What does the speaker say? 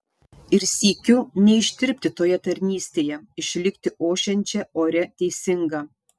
ir sykiu neištirpti toje tarnystėje išlikti ošiančia oria teisinga